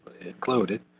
included